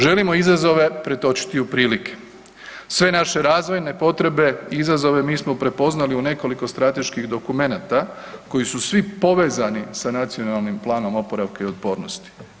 Želimo izazove pretočiti u prilike, sve naše razvojne potrebe i izazove mi smo prepoznali u nekoliko strateških dokumenata koji su svi povezani sa Nacionalnim planom oporavka i otpornosti.